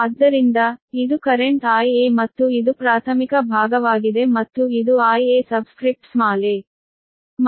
ಆದ್ದರಿಂದ ಇದು current IA ಮತ್ತು ಇದು ಪ್ರಾಥಮಿಕ ಭಾಗವಾಗಿದೆ ಮತ್ತು ಇದು Ia ಸಬ್ಸ್ಕ್ರಿಪ್ಟ್ ಸ್ಮಾಲ್ a